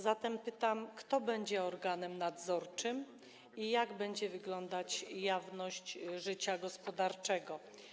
Zatem pytam: Kto będzie organem nadzorczym i jak będzie wyglądać jawność życia gospodarczego?